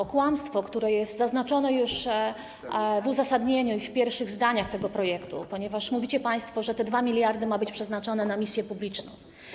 To kłamstwo jest zaznaczone już w uzasadnieniu, w pierwszych zdaniach tego projektu, ponieważ mówicie państwo, że te 2 mld mają być przeznaczone na misję publiczną.